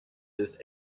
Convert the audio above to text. ist